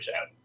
out